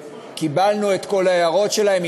וקיבלנו את כל ההערות שלהם,